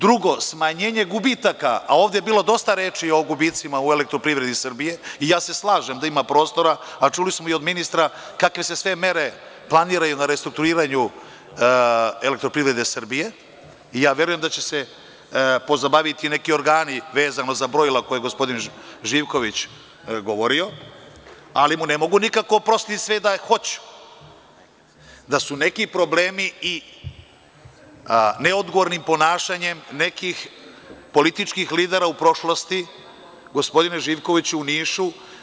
Drugo, smanjenje gubitaka, a ovde je bilo dosta reči o gubicima u EPS-u i ja se slažem da ima prostora, a čuli smo i od ministra kakve se sve mere planiraju na restrukturiranju EPS-a, a verujem da će se pozabaviti i neki organi vezano za brojila o kojima je gospodin Živković govorio, ali mu ne mogu nikako oprostiti, sve i da hoću, što su neki problemi nastali neodgovornim ponašanjem nekih političkih lidera u prošlosti, gospodine Živkoviću, u Nišu.